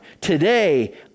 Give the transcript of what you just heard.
Today